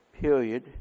period